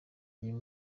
uyu